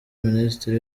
ministri